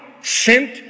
sent